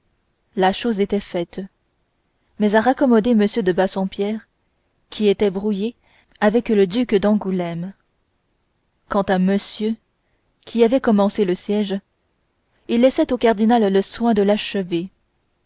la chose était faite mais à raccommoder m de bassompierre qui était brouillé avec le duc d'angoulême quant à monsieur qui avait commencé le siège il laissait au cardinal le soin de l'achever